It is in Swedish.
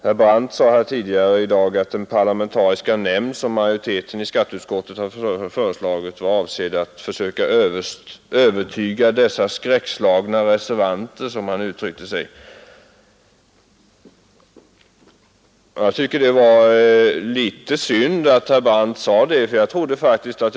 Herr Brandt sade tidigare att den parlamentariska nämnd som Nr 63 majoriteten i skatteutskottet har föreslagit var avsedd att försöka Fredagen den övertyga ”de skräckslagna reservanterna”. Jag tycker det var litet synd 2] april 1972 att herr Brandt uttryckte sig på det sättet, eftersom jag faktiskt trodde.